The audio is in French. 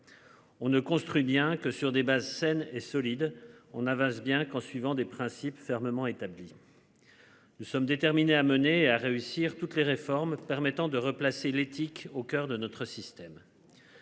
On ne construit bien que sur des bases saines et solides. On avance bien qu'en suivant des principes fermement établi. Nous sommes déterminés à mener à réussir toutes les réformes permettant de replacer l'éthique au coeur de notre système.